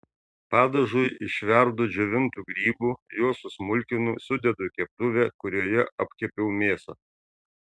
padažui išverdu džiovintų grybų juos susmulkinu sudedu į keptuvę kurioje apkepiau mėsą